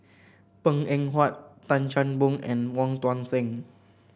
Png Eng Huat Tan Chan Boon and Wong Tuang Seng